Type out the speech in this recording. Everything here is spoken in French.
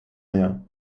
rien